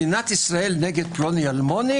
מדינת ישראל נגד פלוני אלמוני